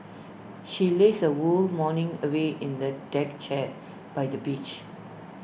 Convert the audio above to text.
she lazed her whole morning away in the deck chair by the beach